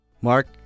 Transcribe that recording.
Mark